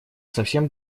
совсем